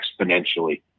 exponentially